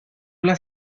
las